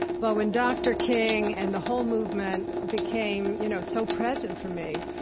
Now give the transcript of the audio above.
but when dr. king and the whole movement became you know so present for me,